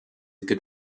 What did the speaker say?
good